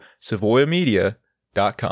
SavoyaMedia.com